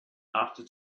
after